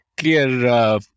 clear